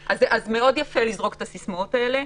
אז מאוד יפה לזרוק את הסיסמאות האלה,